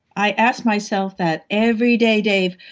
i asked myself that every day, dave.